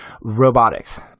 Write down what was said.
robotics